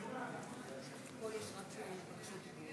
אנחנו עוברים להצבעות.